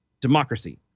democracy